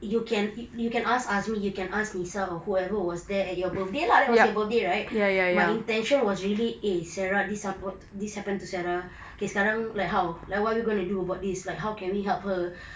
you can you you can ask azmi you can ask nisa or whoever was there at your birthday lah that was your birthday right my intention was really eh sarah this happ~ this happened to sarah okay sekarang like how like what we gonna do about this like how can we help her